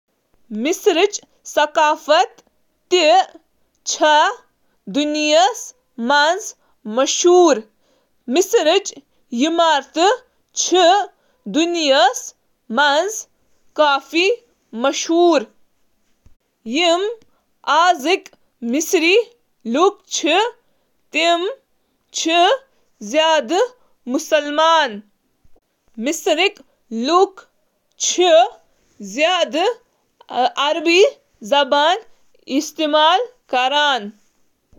مصرٕچ ثقافت چِھ صدیو پیٹھہٕ رودمٕژ تہٕ یہٕ چُھ دیوتاہن تہٕ دیوتاہن پیٹھ یقین تھاونس سٕتۍ سٕتۍ پنین آباؤ اجدادن ہند احترام تہٕ احترام کرنٕچ ضرورتس پیٹھ مبنی۔ مصری ثقافت تہٕ چُھ سُہٕ یُس پننہٕ فن تہٕ ادب خاطرٕ زاننہٕ چُھ یوان۔